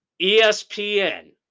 ESPN